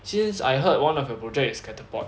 since I heard one of her project is catapult